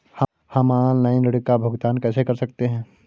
हम ऑनलाइन ऋण का भुगतान कैसे कर सकते हैं?